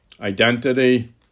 identity